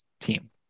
team